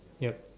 yup